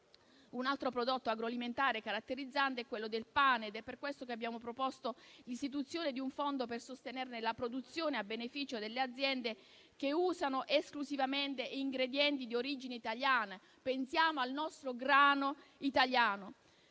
Un altro prodotto agroalimentare caratterizzante è quello del pane ed è per questo che abbiamo proposto l'istituzione di un fondo per sostenerne la produzione, a beneficio delle aziende che usano esclusivamente ingredienti di origine italiana (pensiamo al nostro grano italiano).